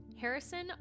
Harrison